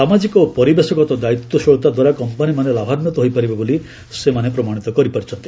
ସାମାଜିକ ଓ ପରିବେଷଗତ ଦାୟିତ୍ୱଶୀଳତା ଦ୍ୱାରା କମ୍ପାନୀମାନେ ଲାଭାନ୍ୱିତ ହୋଇପାରିବେ ବୋଲି ସେମାନେ ପ୍ରମାଣିତ କରିପାରିଛନ୍ତି